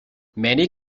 many